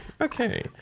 okay